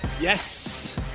Yes